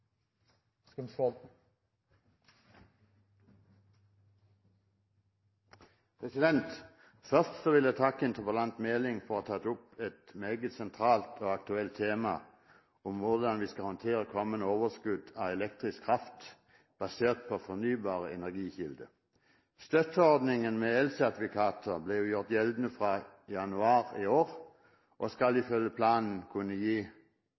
Først vil jeg takke interpellanten Meling for å ha tatt opp et meget sentralt og aktuelt tema om hvordan vi skal håndtere kommende overskudd av elektrisk kraft basert på fornybare energikilder. Støtteordningen med elsertifikater ble gjort gjeldende fra januar i år og skal ifølge planen kunne gi